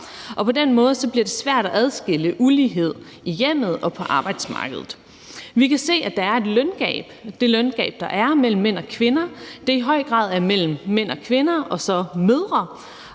på den måde bliver det svært at adskille ulighed i hjemmet og på arbejdsmarkedet. Vi kan se, at der er et løngab, og at det løngab, der er mellem mænd og kvinder, i høj grad er mellem mænd og kvinder og så mødre,